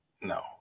no